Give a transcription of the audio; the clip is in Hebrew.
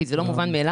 כי זה לא מובן מאליו.